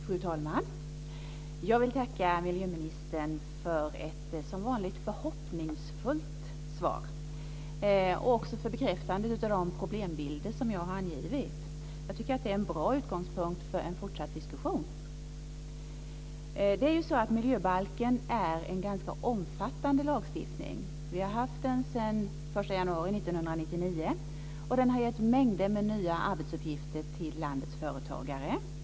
Fru talman! Jag vill tacka miljöministern för ett, som vanligt, förhoppningsfullt svar och också för bekräftandet av de problembilder som jag har angivit. Jag tycker att det är en bra utgångspunkt för en fortsatt diskussion. Miljöbalken är en ganska omfattande lagstiftning. Vi har haft den sedan den 1 januari 1999, och den har gett mängder med nya arbetsuppgifter till landets företagare.